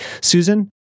Susan